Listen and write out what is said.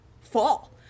fall